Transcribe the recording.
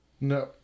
No